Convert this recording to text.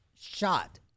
shot